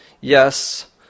Yes